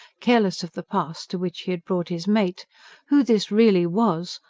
careless of the pass to which he had brought his mate who this really was,